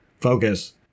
Focus